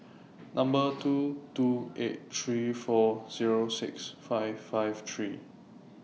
Number two two eight three four Zero six five five three